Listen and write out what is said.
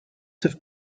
have